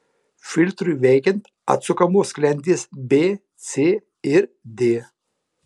filtrui veikiant atsukamos sklendės b c ir d